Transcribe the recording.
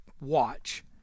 watch